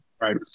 right